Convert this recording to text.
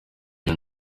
iyo